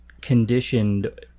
conditioned